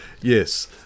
Yes